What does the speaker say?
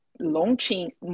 launching